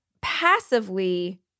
passively